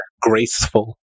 graceful